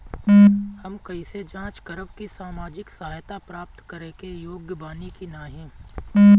हम कइसे जांच करब कि सामाजिक सहायता प्राप्त करे के योग्य बानी की नाहीं?